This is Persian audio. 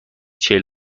چهل